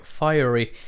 fiery